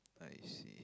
I see